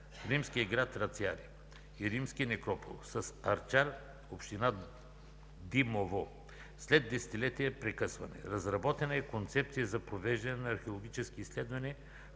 римския град Рациария и Римски некропол, село Арчар, община Димово, след десетилетия прекъсване. Разработена е концепция за провеждане на археологически изследвания